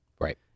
Right